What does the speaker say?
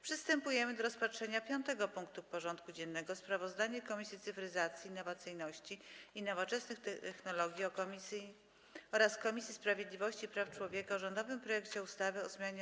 Przystępujemy do rozpatrzenia punktu 5. porządku dziennego: Sprawozdanie Komisji Cyfryzacji, Innowacyjności i Nowoczesnych Technologii oraz Komisji Sprawiedliwości i Praw Człowieka o rządowym projekcie ustawy o zmianie